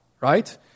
right